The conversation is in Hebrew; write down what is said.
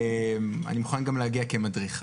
אני מוכן להגיע גם כמדריך.